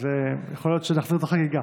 אז יכול להיות שנחזיר את החגיגה.